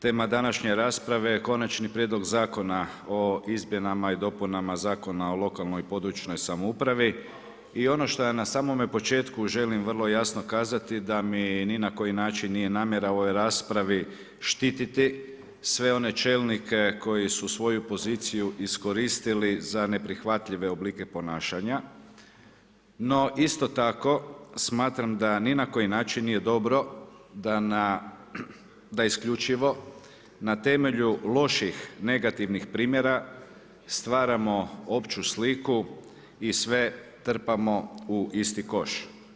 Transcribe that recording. Tema današnje rasprave Konačni prijedlog zakona o izmjenama i dopunama Zakon o lokalnoj i područnoj samoupravi i ono što na samom početku želim vrlo jasno kazati da mi ni na koji način nije namjera u ovoj raspravi štititi sve one čelnike koji su svoju poziciju iskoristili za neprihvatljive oblike ponašanja, no isto tako smatram da ni na koji način nije dobro da isključivo na temelju loših negativnih primjera stvaramo opću sliku i sve trpamo u isti koš.